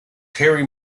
terry